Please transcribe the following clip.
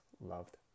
loved